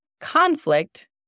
conflict